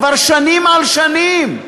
כבר שנים על שנים.